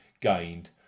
gained